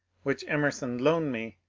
which emerson loaned me,